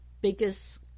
biggest